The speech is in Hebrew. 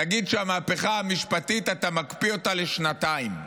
תגיד שהמהפכה המשפטית, אתה מקפיא אותה לשנתיים.